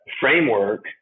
framework